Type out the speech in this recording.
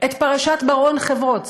את פרשת בר-און חברון,